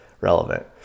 relevant